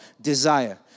desire